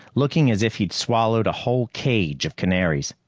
looking as if he'd swallowed a whole cage of canaries.